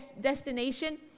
destination